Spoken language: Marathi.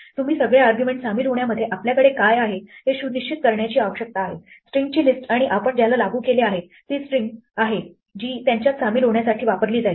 तुम्ही सगळे आर्ग्युमेंट सामील होण्यामध्ये आपल्याकडे काय आहे हे सुनिश्चित करण्याची आवश्यकता आहे स्ट्रिंगची लिस्ट आणि आपण ज्याला लागू केले आहे ती स्ट्रिंग आहे जी त्यांच्यात सामील होण्यासाठी वापरली जाईल